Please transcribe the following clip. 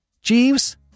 Jeeves